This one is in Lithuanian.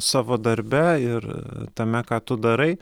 savo darbe ir tame ką tu darai